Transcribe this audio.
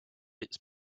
its